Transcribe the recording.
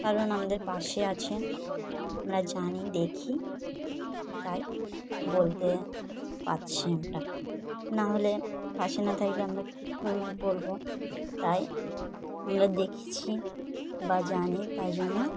কারণ আমাদের পাশে আছে আমরা জানি দেখি তাই বলতে পারছি আমরা নাহলে পাশে না থাকলে আমরা কী করে বলব তাই আমরা দেখেছি বা জানি তাই জন্য